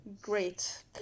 Great